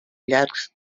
llargs